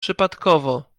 przypadkowo